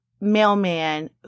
mailman